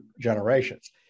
generations